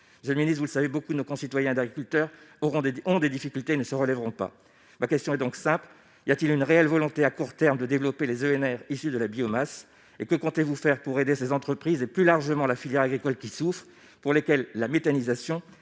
j'ai le Ministre, vous le savez, beaucoup de nos concitoyens d'agriculteurs au rendez-ont des difficultés ne se relèveront pas ma question est donc simple : il il y a-t-il une réelle volonté à court terme, de développer les ENR issus de la biomasse et que comptez-vous faire pour aider ces entreprises et plus largement la filière agricole qui souffrent pour lesquels la méthanisation